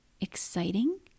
exciting